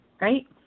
Right